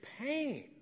pain